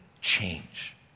change